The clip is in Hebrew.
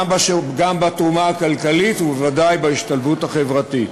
גם בתרומה הכלכלית, ובוודאי בהשתלבות החברתית.